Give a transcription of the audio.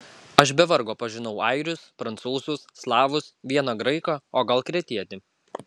aš be vargo pažinau airius prancūzus slavus vieną graiką o gal kretietį